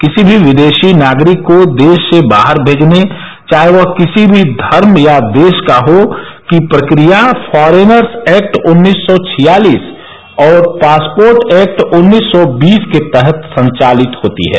किसी भी विदेशी नागरिक को देश से बाहर भेजने चाहे वह किसी भी धर्म या देश का हो की प्रकिया फॉरेनर्स एक्ट उन्नीस सौ छियालीस और पासपोर्ट एक्ट उन्नीस सौ बीस के तहत संचालित होती है